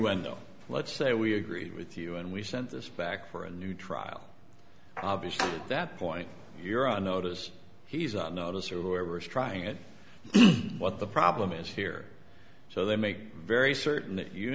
oh let's say we agreed with you and we sent this back for a new trial obviously that point you're on notice he's on notice or whoever is trying it what the problem is here so they make very certain that you